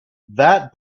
that